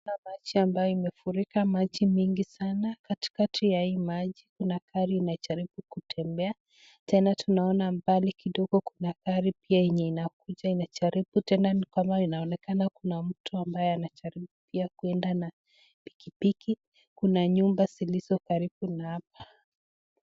Hapa ni maji ambaye imefurika maji mingi sana katikati ya hii maji kuna gari inajaribu kutembea. Tena tunaona mbali kidogo kuna gari pia yenye inakuja inajaribu tena ni kama inaonekana kuna mtu ambaye anajaribu pia kwenda na pikipiki. Kuna nyumba zilizo karibu na hapa.